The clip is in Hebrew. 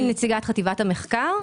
אני נציגת חטיבת המחקר,